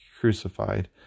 crucified